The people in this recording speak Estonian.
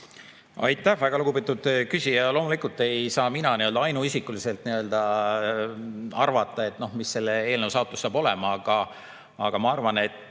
Aitäh, väga lugupeetud küsija! Loomulikult ei saa mina ainuisikuliselt arvata, milline on selle eelnõu saatus. Aga ma arvan, et